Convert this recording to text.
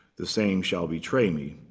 the same shall betray me.